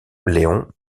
léon